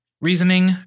reasoning